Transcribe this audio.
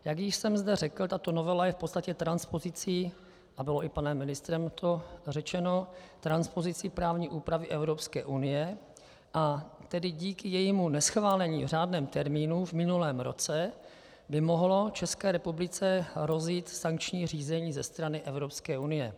Jak již jsem zde řekl, tato novela je v podstatě transpozicí a bylo to i panem ministrem řečeno transpozicí právní úpravy Evropské unie, a tedy dík i jejímu neschválení v řádném termínu v minulém roce by mohlo České republice hrozit sankční řízení ze strany Evropské unie.